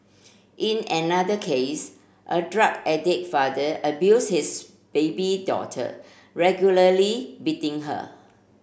in another case a drug addict father abused his baby daughter regularly her